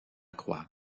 croix